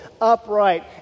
upright